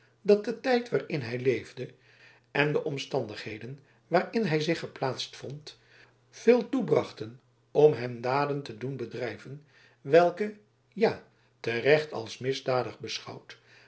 dat de tijd waarin hij leefde en de omstandigheden waarin hij zich geplaatst vond veel toebrachten om hem daden te doen bedrijven welke ja terecht als misdadig beschouwd